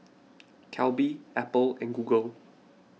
Calbee Apple and Google